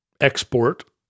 export